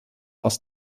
aus